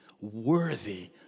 worthy